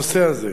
בנושא הזה.